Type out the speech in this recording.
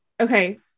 okay